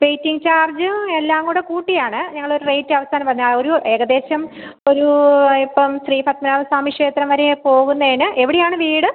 waiting charge എല്ലാം കൂടെ കൂട്ടിയാണ് ഞങ്ങളൊര് റേറ്റ് അവസാനം പറഞ്ഞാൽ ഒരു ഏകദേശം ഒരു ആ ഇപ്പം ശ്രീ പത്മനാഭസ്വാമി ക്ഷേത്രം വരെ പോകുന്നതിന് എവിടെയാണ് വീട്